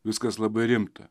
viskas labai rimta